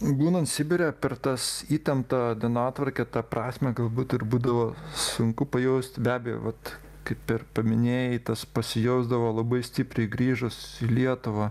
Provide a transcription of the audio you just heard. būnant sibire per tas įtemptą dienotvarkę tą prasmę galbūt ir būdavo sunku pajaust be abejo vat kaip ir paminėjai tas pasijausdavo labai stipriai grįžus į lietuvą